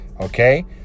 Okay